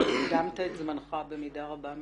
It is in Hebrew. אתה הקדמת את זמנך במידה רבה מאוד,